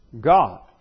God